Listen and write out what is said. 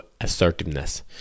assertiveness